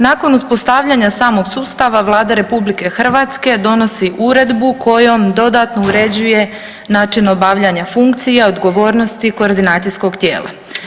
Nakon uspostavljanja samog sustava Vlada RH donosi uredbu kojom dodatno uređuje način obavljanja funkcija odgovornosti koordinacijskog tijela.